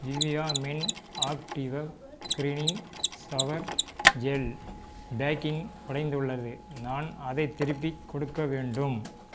Nivea men active க்ரீனின் shower gel packing உடைந்துள்ளது நான் அதைத் திருப்பிக் கொடுக்க வேண்டும்